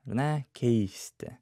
ane keisti